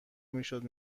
میشد